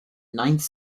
ninth